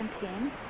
team